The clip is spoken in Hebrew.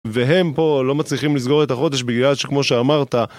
והם פה לא מצליחים לסגור את החודש בגלל שכמו שאמרת...